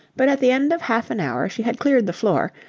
but at the end of half an hour she had cleared the floor,